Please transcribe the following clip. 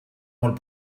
molt